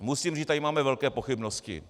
Musím říct, že tady máme velké pochybnosti.